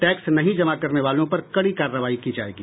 tax नहीं जमा करने वालों पर कड़ी कार्रवाई की जायेगी